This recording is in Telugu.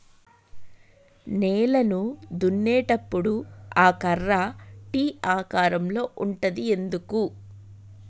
నేలను దున్నేటప్పుడు ఆ కర్ర టీ ఆకారం లో ఉంటది ఎందుకు?